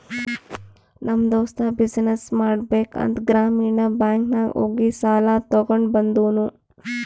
ನಮ್ ದೋಸ್ತ ಬಿಸಿನ್ನೆಸ್ ಮಾಡ್ಬೇಕ ಅಂತ್ ಗ್ರಾಮೀಣ ಬ್ಯಾಂಕ್ ನಾಗ್ ಹೋಗಿ ಸಾಲ ತಗೊಂಡ್ ಬಂದೂನು